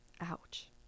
Ouch